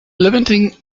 limiting